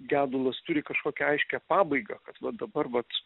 gedulas turi kažkokią aiškią pabaigą kad va dabar vat